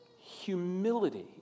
Humility